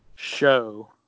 show